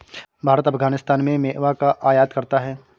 भारत अफगानिस्तान से मेवा का आयात करता है